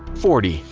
forty.